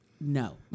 no